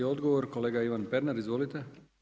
I odgovor, kolega Ivan Pernar, izvolite.